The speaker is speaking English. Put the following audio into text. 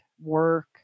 Work